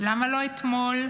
למה לא אתמול?